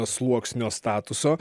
sluoksnio statuso